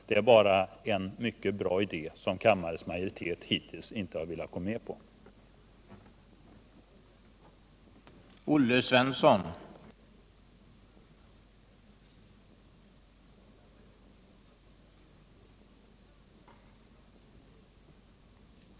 Det är bara en mycket bra idé som kammarens majoritet hittills inte har velat ansluta sig till.